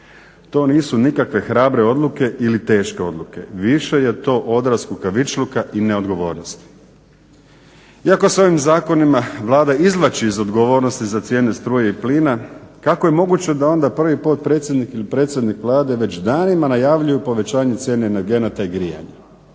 To nisu nikakve hrabre ili teške odluke, više je to odraz kukavičluka i neodgovornosti. Iako se ovom zakonima Vlada izvlači iz odgovornosti za cijene struje i plina kako je moguće da onda prvi potpredsjednik ili predsjednik Vlade već danima najavljuju povećanje cijene i grijanja.